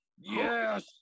Yes